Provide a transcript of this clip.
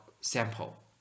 sample